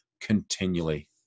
continually